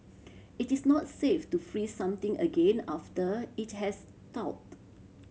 it is not safe to freeze something again after it has thawed